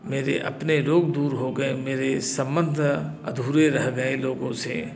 मेरे अपने लोग दूर हो गए मेरे सम्बन्ध अधूरे रह गए लोगों से